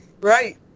right